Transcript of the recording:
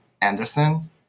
Anderson